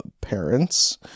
parents